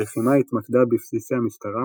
הלחימה התמקדה בבסיסי המשטרה,